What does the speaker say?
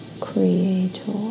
Creator